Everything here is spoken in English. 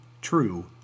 True